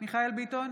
מיכאל מרדכי ביטון,